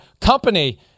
company